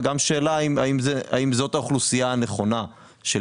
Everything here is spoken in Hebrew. וגם שאלה האם זאת האוכלוסייה הנכונה של